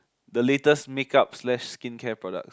the latest makeup slash skincare products